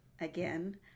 again